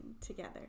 together